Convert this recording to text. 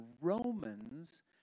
Romans